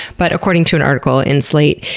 but according to an article in slate,